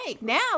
Now